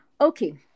okay